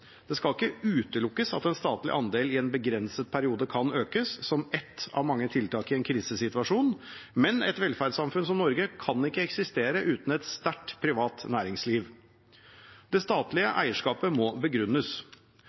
Det skal ikke utelukkes at den statlige andelen i en begrenset periode kan økes, som ett av mange tiltak i en krisesituasjon, men et velferdssamfunn som Norge kan ikke eksistere uten et sterkt privat næringsliv. Det statlige eierskapet må begrunnes.